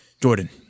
Jordan